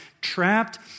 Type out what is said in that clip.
trapped